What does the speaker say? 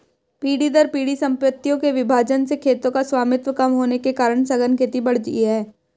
पीढ़ी दर पीढ़ी सम्पत्तियों के विभाजन से खेतों का स्वामित्व कम होने के कारण सघन खेती बढ़ी है